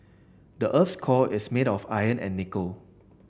the earth's core is made of iron and nickel